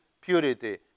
purity